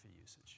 usage